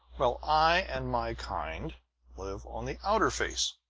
while i and my kind live on the outer face.